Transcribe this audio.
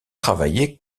travailler